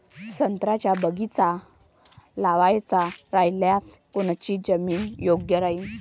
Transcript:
संत्र्याचा बगीचा लावायचा रायल्यास कोनची जमीन योग्य राहीन?